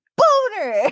boner